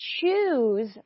choose